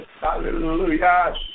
Hallelujah